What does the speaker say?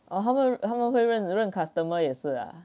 哦他们他们会认认 customer 也是啊